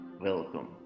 Welcome